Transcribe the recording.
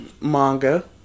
manga